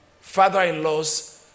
father-in-law's